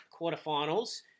quarterfinals